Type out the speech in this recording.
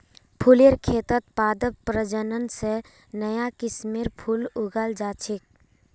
फुलेर खेतत पादप प्रजनन स नया किस्मेर फूल उगाल जा छेक